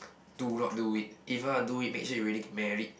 do not do it even wanna do it make sure you really can married